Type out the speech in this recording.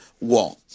wall